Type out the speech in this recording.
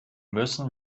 müssen